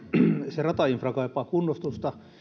se ratainfra kaipaa kunnostusta